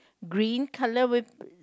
green colour with